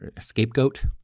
scapegoat